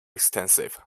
extensive